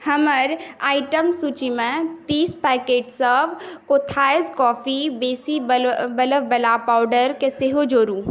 हमर आइटम सूचीमे तीस पैकेटसभ कोथाज़ कॉफ़ी बेसी बलवला पावडरके सेहो जोडू